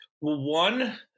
One